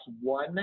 one